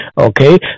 okay